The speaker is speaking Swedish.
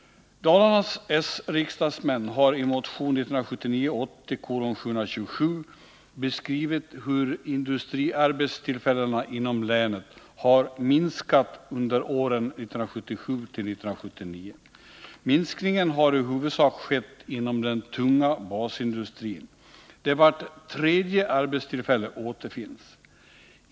Dalarnas s-riksdagsmän har i motion 1979/80:727 beskrivit hur industriarbetstillfällena inom länet har minskat under åren 1977-1979. Minskningen har i huvudsak skett inom den tunga basindustrin, där vart tredje arbetstillfälle återfinns.